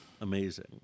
Amazing